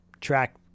track